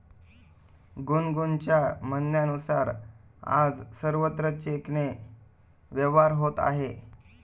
गुनगुनच्या म्हणण्यानुसार, आज सर्वत्र चेकने व्यवहार होत आहे